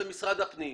זה משרד הפנים".